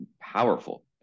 powerful